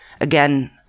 again